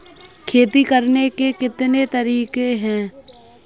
खेती करने के कितने तरीके हैं?